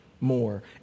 more